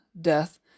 death